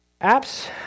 Apps